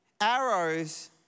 Arrows